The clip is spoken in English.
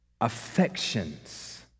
affections